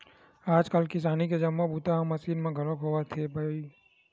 आजकाल किसानी के जम्मो बूता ह मसीन म घलोक होवत हे बइर